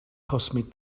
cosmic